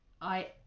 I-